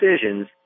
decisions